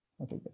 Okay